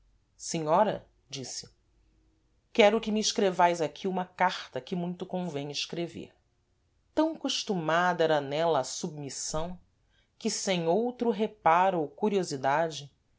e fáceis senhora disse quero que me escrevais aqui uma carta que muito convêm escrever tam costumada era nela a submissão que sem outro reparo ou curiosidade